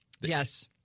Yes